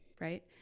right